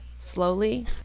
Slowly